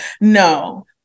no